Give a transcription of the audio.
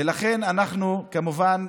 לא פעמיים,